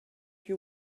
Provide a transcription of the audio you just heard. you